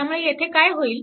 त्यामुळे येथे काय होईल